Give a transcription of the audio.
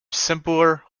simpler